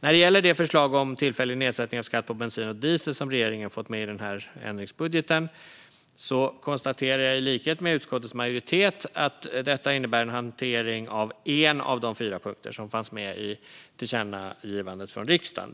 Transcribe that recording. När det gäller det förslag om tillfällig nedsättning av skatt på bensin och diesel som regeringen fått med i den här ändringsbudgeten konstaterar jag i likhet med utskottets majoritet att detta innebär en hantering av en av de fyra punkter som fanns med i tillkännagivandet från riksdagen.